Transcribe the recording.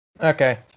Okay